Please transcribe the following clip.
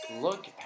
Look